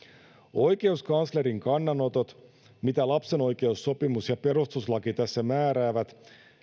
oikeuskanslerin kannanotot mitä lapsenoikeussopimus ja perustuslaki tässä määräävät